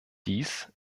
dies